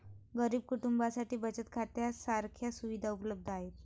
गरीब कुटुंबांसाठी बचत खात्या सारख्या सुविधा उपलब्ध आहेत